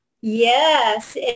Yes